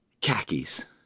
khakis